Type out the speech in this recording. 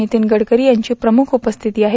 नितीन गडकरी यांची प्रमुख उपस्थिती आहे